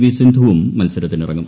V സിന്ധുവും മൽസരത്തിനിറങ്ങും